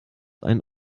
einen